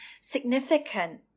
significant